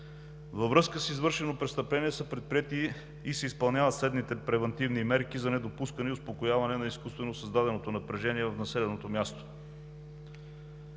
Във връзка с извършено престъпление са предприети и се изпълняват следните превантивни мерки за недопускане и успокояване на изкуствено създаденото напрежение в населеното място.